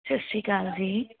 ਸਤਿ ਸ਼੍ਰੀ ਅਕਾਲ ਜੀ